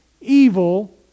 evil